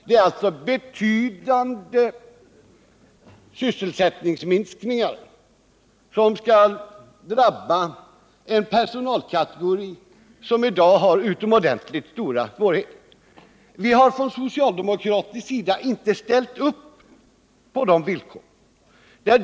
Det är alltså fråga om betydande sysselsättningsminskningar, som drabbar en personalkategori som i dag har utomordentligt stora svårigheter. Vi har från socialdemokratisk sida inte ställt upp på de villkoren.